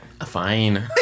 Fine